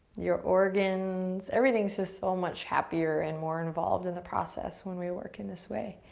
your organs, everything's just so much happier and more involved in the process when we work in this way.